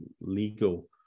legal